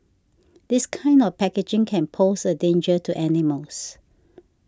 this kind of packaging can pose a danger to animals